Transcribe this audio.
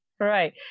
Right